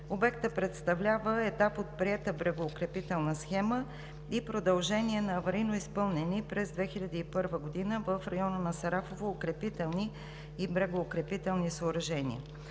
Обектът представлява етап от приета брегоукрепителна схема и продължение на аварийно изпълнени през 2001 г. в района на Сарафово укрепителни и брегоукрепителни съоръжения.